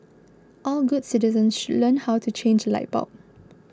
all good citizens should learn how to change light bulb